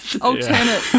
alternate